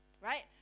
right